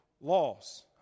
laws